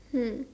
mm